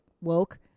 woke